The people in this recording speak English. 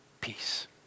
peace